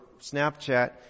Snapchat